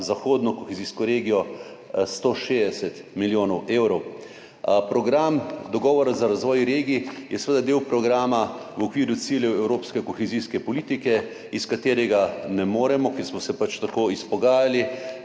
zahodno kohezijsko regijo 160 milijonov evrov. Program dogovora za razvoj regij je seveda del programa v okviru ciljev evropske kohezijske politike, iz katerega države Evropske unije ne moremo, ker smo se pač tako izpogajali,